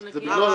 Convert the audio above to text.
זה ב-(ג)